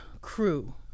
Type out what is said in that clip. crew